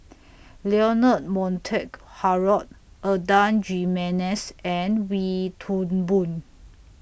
Leonard Montague Harrod Adan Jimenez and Wee Toon Boon